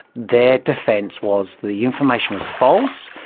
their defence was the information was false,